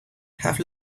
have